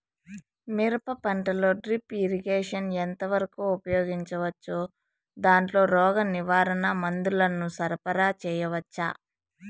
మిరప పంటలో drip irrigation ఎంత వరకు ఉపయోగించవచ్చు, దాంట్లో రోగ నివారణ మందుల ను సరఫరా చేయవచ్చా?